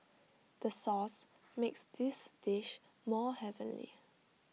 the sauce makes this dish more heavenly